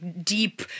deep